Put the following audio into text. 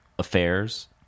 affairs